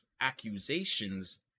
accusations